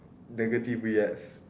negative with S